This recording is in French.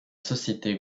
société